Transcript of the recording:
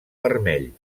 vermell